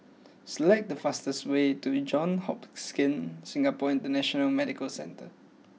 select the fastest way to Johns Hopkins Singapore International Medical Centre